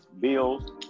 bills